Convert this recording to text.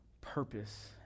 purpose